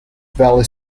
valley